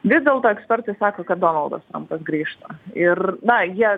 vis dėlto ekspertai sako kad donaldas trampas grįžta ir na jie